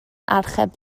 archeb